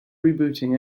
rebooting